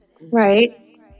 Right